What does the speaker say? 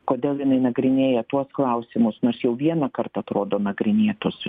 kodėl jinai nagrinėja tuos klausimus nors jau vienąkart atrodo nagrinėtus